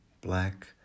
black